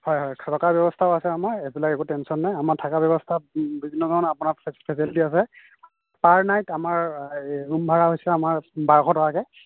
হয় হয় থকাৰ ব্যৱস্থাও আছে আমাৰ এইবিলাক একো টেনচন নাই আমাৰ থকা ব্যৱস্থা বিভিন্ন ধৰণৰ আপোনাৰ চব ফেচেলেটি আছে পাৰ নাইট আমাৰ হেৰি ৰুম ভাড়া হৈছে আমাৰ বাৰশ টকাকৈ